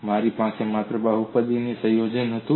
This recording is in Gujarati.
મારી પાસે માત્ર બહુપદીનું સંયોજન હતું